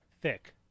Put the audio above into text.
Thick